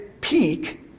peak